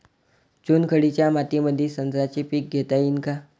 चुनखडीच्या मातीमंदी संत्र्याचे पीक घेता येईन का?